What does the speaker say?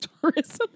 tourism